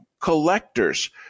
collectors